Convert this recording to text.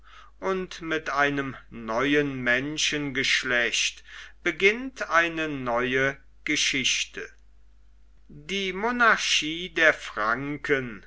und mit einem neuen menschengeschlecht beginnt eine neue geschichte die monarchie der franken